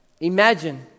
Imagine